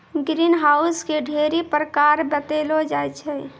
green house के ढ़ेरी प्रकार बतैलो जाय छै